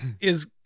is-